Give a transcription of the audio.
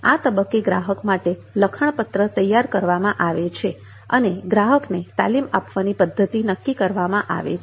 આ તબક્કે ગ્રાહક માટે લખાણ પત્ર તૈયાર કરવામાં આવે છે અને ગ્રાહકને તાલીમ આપવાની પદ્ધતિ નક્કી કરવામાં આવે છે